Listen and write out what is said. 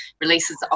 releases